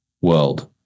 world